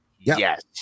yes